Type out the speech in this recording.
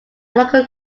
local